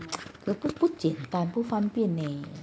but 不不简单不方便 leh